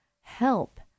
help